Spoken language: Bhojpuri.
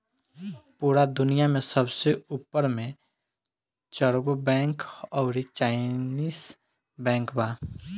पूरा दुनिया में सबसे ऊपर मे चरगो बैंक अउरी चाइनीस बैंक बा